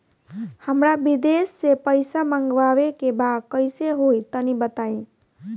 हमरा विदेश से पईसा मंगावे के बा कइसे होई तनि बताई?